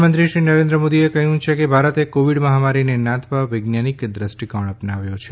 પ્રધાનમંત્રી શ્રી નરેન્દ્ર મોદીએ કહ્યું છેકે ભારતે કોવિડ મહામારીને નાથવા વૈજ્ઞાનિક દ્રષ્ટિકોણ અપનાવ્યો છે